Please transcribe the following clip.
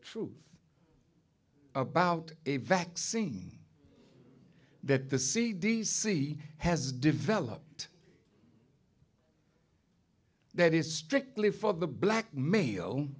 truth about a vaccine that the c d c has developed that is strictly for the black male